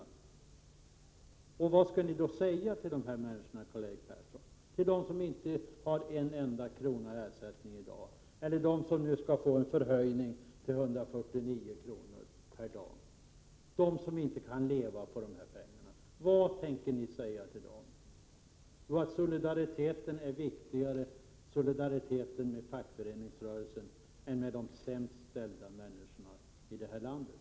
102 Vad skall ni, Karl-Erik Persson, säga till de människor som i dag inte har en enda krona i ersättning eller de som nu skall få en höjning till 149 kr. per dag — Prot. 1987/88:136 och som inte kan leva på de pengarna? Vad tänker ni säga till dem? Jo, att — 8 juni 1988 solidariteten med fackföreningsrörelsen är viktigare än solidariteten med de j : Arbetslöshetsförsäksämst ställda människorna här i landet.